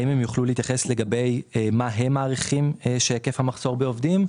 האם הם יוכלו להתייחס לגבי איך הם מעריכים את היקף המחסור בעובדים?